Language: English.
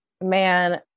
man